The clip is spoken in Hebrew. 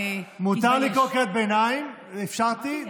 מותר לקרוא קריאות ביניים ואפשרתי.